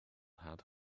had